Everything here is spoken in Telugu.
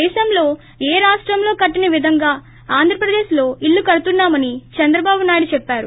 దేశంలో ఏ రాష్టంలో కట్టన్ విధంగా ఆంధ్రప్రదేశ్ లో ఇళ్లు కడుతున్నామని చంద్రబాబుయుడు చొప్పారు